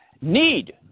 need